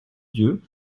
dieu